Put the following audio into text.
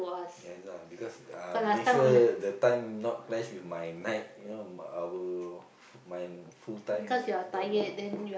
yes lah because uh make sure the time not clash with my night you know my our mine full time job lah ya